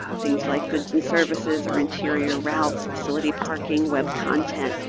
ah things like goods and services or interior routes, facility parking, web content.